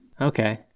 Okay